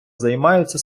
займаються